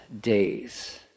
days